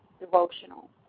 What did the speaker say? devotional